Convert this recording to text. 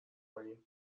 کنیم